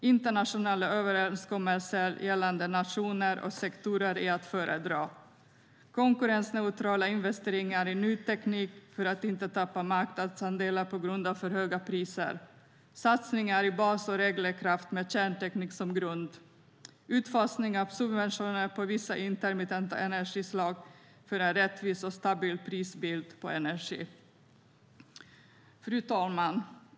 Internationella överenskommelser gällande nationer eller sektorer är att föredra. Konkurrensneutrala investeringar i ny teknik, för att inte tappa marknadsandelar på grund av för höga priser. Satsningar i bas och reglerkraft med kärnteknik som grund. Utfasning av subventioner på vissa intermittenta energislag för en rättvis och stabil prisbildning på energi. Fru talman!